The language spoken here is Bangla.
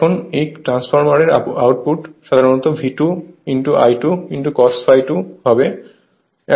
এখন এই ট্রান্সফরমারের আউটপুট সাধারণত V2I2 cos ∅2